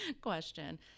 question